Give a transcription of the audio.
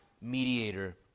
mediator